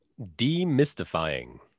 Demystifying